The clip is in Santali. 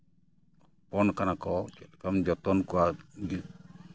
ᱦᱚᱯᱚᱱ ᱟᱠᱟᱱᱟᱠᱚ ᱪᱮᱫ ᱞᱮᱠᱟᱢ ᱡᱚᱛᱚᱱ ᱠᱚᱣᱟ